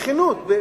בכנות,